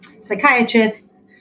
psychiatrists